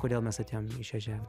kodėl mes atėjom į šią žemę